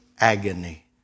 agony